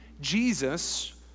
Jesus